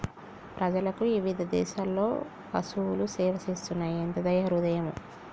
ప్రజలకు ఇవిధ దేసాలలో పసువులు సేవ చేస్తున్నాయి ఎంత దయా హృదయమో